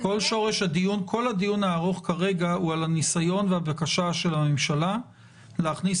כל הדיון הארוך כרגע הוא על הניסיון והבקשה של הממשלה להכניס